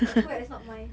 the two that is not mine